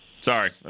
Sorry